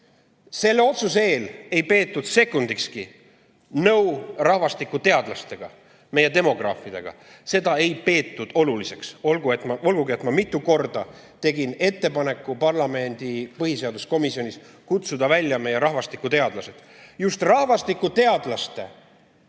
Selle otsuse eel ei peetud sekunditki nõu rahvastikuteadlastega, meie demograafidega. Seda ei peetud oluliseks, olgugi et ma mitu korda tegin parlamendi põhiseaduskomisjonis ettepaneku kutsuda välja meie rahvastikuteadlased. Just rahvastikuteadlaste